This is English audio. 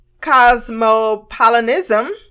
cosmopolitanism